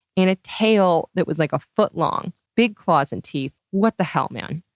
and a tail that was like a foot long, big claws and teeth. what the hell, man?